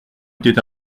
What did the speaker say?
était